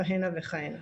כהנה וכהנה.